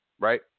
Right